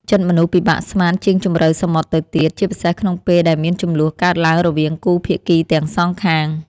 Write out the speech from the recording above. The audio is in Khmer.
ចិត្តមនុស្សពិបាកស្មានជាងជម្រៅសមុទ្រទៅទៀត ជាពិសេសក្នុងពេលដែលមានជម្លោះកើតឡើងរវាងគូភាគីទាំងសងខាង។